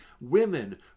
women